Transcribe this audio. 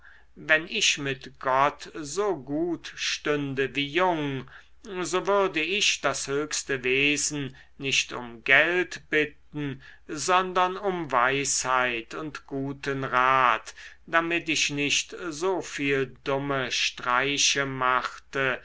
wenn ich mit gott so gut stünde wie jung so würde ich das höchste wesen nicht um geld bitten sondern um weisheit und guten rat damit ich nicht so viel dumme streiche machte